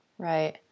Right